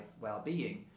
well-being